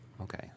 Okay